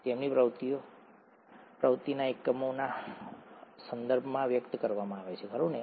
તેમની પ્રવૃત્તિ પ્રવૃત્તિના એકમોના સંદર્ભમાં વ્યક્ત કરવામાં આવે છે ખરું ને